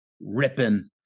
ripping